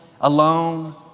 alone